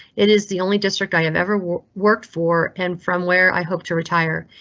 it is the only district i have ever worked for an from where i hope to retire.